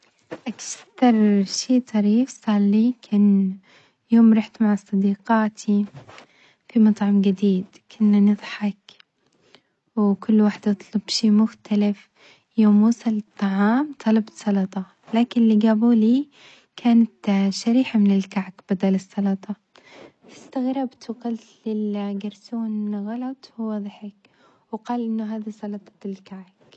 أكثر شي طريف صار لي كان يوم روحت مع صديقاتي في مطعم جديد، كنا نظحك وكل واحدة تطلب شي مختلف، يوم وصل الطعام طلبت سلطة لكن اللي جابوه لي كانت شريحة من الكعك بدل السلطة، استغربت وقلت للجرسون غلط هو ظحك وقال إن هذا سلطة الكعك.